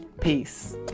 peace